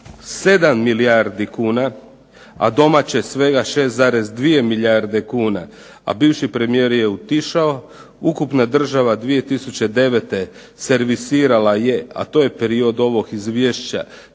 7 milijardi kuna, a domaće svega 6,2 milijarde kuna. A bivši premijer je otišao. Ukupna država 2009. servisirala je a to je period ovog izvješća